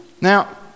now